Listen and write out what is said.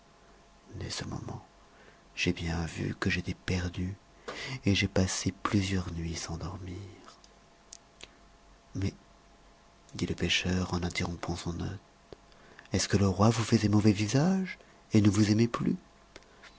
dès ce moment j'ai bien vu que j'étais perdu et j'ai passé plusieurs nuits sans dormir mais dit le pêcheur en interrompant son hôte est-ce que le roi vous faisait mauvais visage et ne vous aimait plus